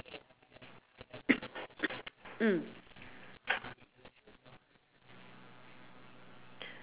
mm